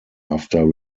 after